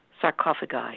sarcophagi